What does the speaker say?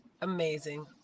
amazing